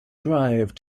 drive